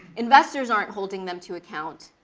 investors aren't holding them to account.